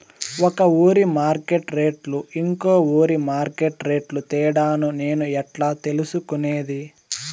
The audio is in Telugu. ఒక ఊరి మార్కెట్ రేట్లు ఇంకో ఊరి మార్కెట్ రేట్లు తేడాను నేను ఎట్లా తెలుసుకునేది?